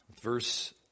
verse